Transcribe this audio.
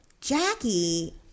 Jackie